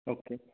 okay